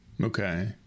Okay